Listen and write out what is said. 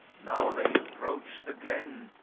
now they approach the glen,